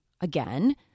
again